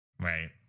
Right